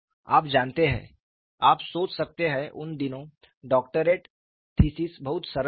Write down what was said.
आप जानते हैं आप सोच सकते हैं उन दिनों डॉक्टरेट थीसिस बहुत सरल थी